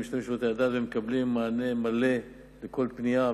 הם משתמשים בשירותי הדת ומקבלים מענה מלא על כל פנייה.